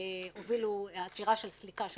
העסקאות